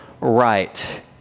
right